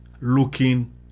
looking